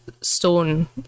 stone